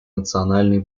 национальной